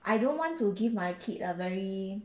I don't want to give my kid a very